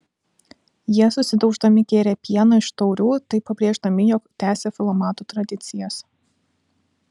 jie susidauždami gėrė pieną iš taurių taip pabrėždami jog tęsia filomatų tradicijas